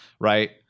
right